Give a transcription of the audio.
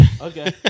Okay